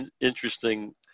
interesting